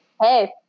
Hey